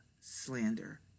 slander